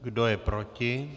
Kdo je proti?